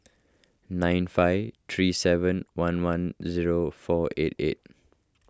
nine five three seven one one zero four eight eight